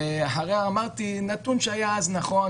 ואמרתי נתון שהיה אז נכון